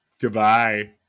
Goodbye